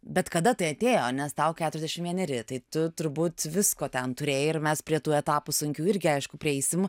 bet kada tai atėjo nes tau keturiasdešim vieneri tai tu turbūt visko ten turėjai ir mes prie tų etapų sunkių irgi aišku prieisim